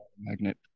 Magnet